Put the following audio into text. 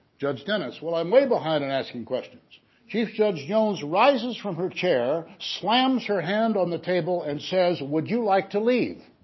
judge dennis well i'm way behind and asking questions chief judge jones rises from her chair slams her hand on the table and says would you like to leave?